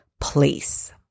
place